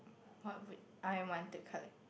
what would I want to collect